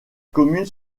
commune